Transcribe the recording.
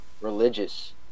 religious